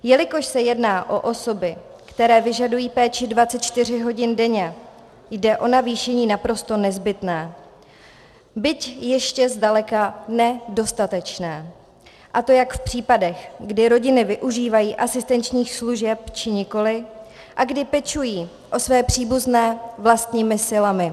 Jelikož se jedná o osoby, které vyžadují péči 24 hodin denně, jde o navýšení naprosto nezbytné, byť ještě zdaleka ne dostatečné, a to jak v případech, kdy rodiny využívají asistenčních služeb či nikoliv a kdy pečují o své příbuzné vlastními silami.